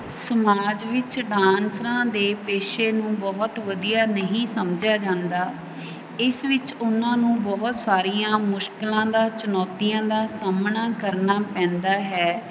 ਸਮਾਜ ਵਿੱਚ ਡਾਂਸਰਾਂ ਦੇ ਪੇਸ਼ੇ ਨੂੰ ਬਹੁਤ ਵਧੀਆ ਨਹੀਂ ਸਮਝਿਆ ਜਾਂਦਾ ਇਸ ਵਿੱਚ ਉਹਨਾਂ ਨੂੰ ਬਹੁਤ ਸਾਰੀਆਂ ਮੁਸ਼ਕਿਲਾਂ ਦਾ ਚੁਣੌਤੀਆਂ ਦਾ ਸਾਹਮਣਾ ਕਰਨਾ ਪੈਂਦਾ ਹੈ